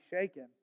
shaken